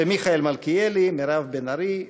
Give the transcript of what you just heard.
מיכאל מלכיאלי, מירב בן ארי,